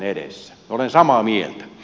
minä olen samaa mieltä